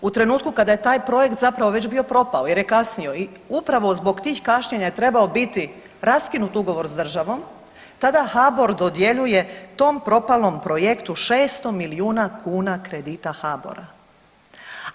U trenutku kada je taj projekt zapravo već bio propao jer je kasnio i upravo zbog tih kašnjenja je trebao biti raskinut ugovor s državom tada HBOR dodjeljuje tom propalom projektu 600 milijuna kuna kredita HBOR-a.